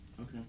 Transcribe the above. Okay